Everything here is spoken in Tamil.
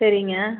சரிங்க